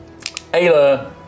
Ayla